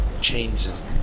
changes